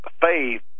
faith